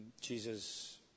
Jesus